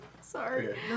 Sorry